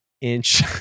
inch